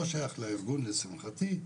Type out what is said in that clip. לא שייך לארגון לשמחתי.